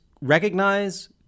Recognize